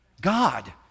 God